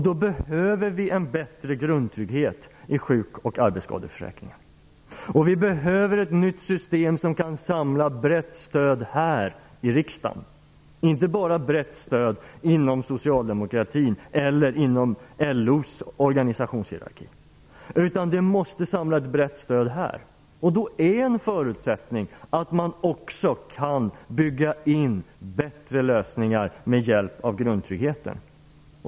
Då behöver vi en bättre grundtrygghet i sjuk och arbetsskadeförsäkringen. Vi behöver ett nytt system som kan samla brett stöd här i riksdagen, och inte bara inom socialdemokratin eller inom LO:s organisationshierarki. Det måste samla ett brett stöd här. Då är en förutsättning att man också kan bygga in bättre lösningar med hjälp av grundtryggheten.